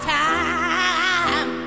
time